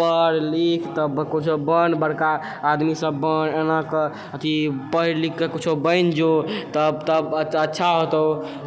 पढ़ लिख तऽ किछु बन बड़का आदमी सब बन एना कर अथी पढ़ि लिखिकऽ किछु बनि जो तब तब अच्छा हेतौ